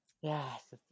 Yes